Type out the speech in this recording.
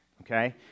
Okay